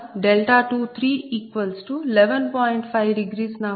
5 నాకు లభించింది